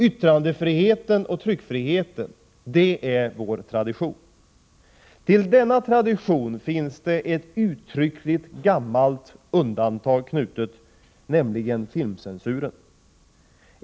Yttrandefriheten och tryckfriheten är vår tradition. Till denna tradition finns ett uttryckligt gammalt undantag knutet, nämligen filmcensuren.